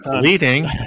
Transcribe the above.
Leading